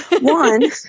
One